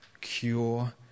cure